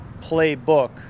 playbook